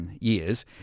years